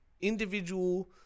individual